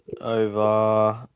over